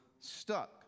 stuck